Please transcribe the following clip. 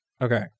Okay